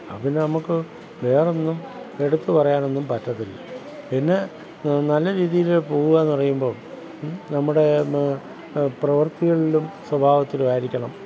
അപ്പം പിന്നെ നമുക്ക് വേറൊന്നും എടുത്തു പറയാനൊന്നും പറ്റത്തില്ല പിന്നെ നല്ല രീതിയിൽ പോകുകയെന്നു പറയുമ്പോൾ നമ്മുടെ പ്രവൃത്തികളിലും സ്വഭാവത്തിലുമായിരിക്കണം